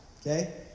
Okay